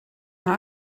man